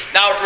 Now